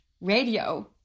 radio